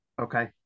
Okay